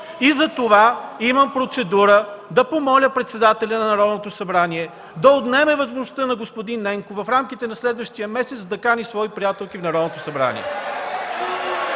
Затова имам процедура – да помоля председателя на Народното събрание да отнеме възможността на господин Ненков в рамките на следващия месец да кани свои приятелки в Народното събрание.